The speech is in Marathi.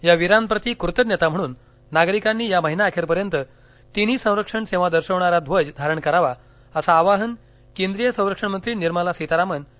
या वीरांप्रती कृतज्ञता म्हणून नागरिकांनी या महिना अखेरीपर्यंत तिन्ही संरक्षण सेवा दर्शवणारा ध्वज धारण करावा असं आवाहन केंद्रीय संरक्षणमंत्री निर्मला सीतारमन यांनी केलं आहे